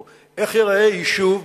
או איך ייראה יישוב,